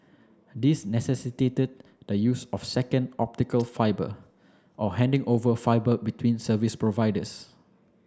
these necessitated the use of second optical fibre or handing over fibre between service providers